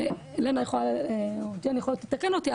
שאתן יכולות לתקלן אותי,